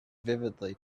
vividly